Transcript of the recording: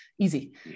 easy